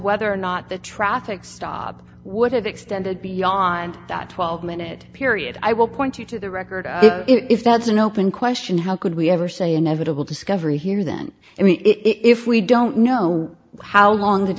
whether or not the traffic stop would have extended beyond that twelve minute period i will point you to the record if that's an open question how could we ever say inevitable discovery here then i mean if we don't know how long